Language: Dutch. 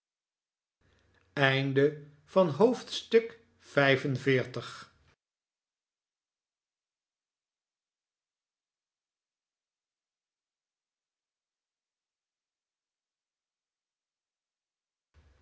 of vijf en veertig